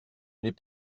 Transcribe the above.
les